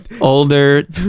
older